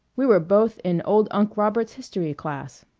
we were both in old unc robert's history class.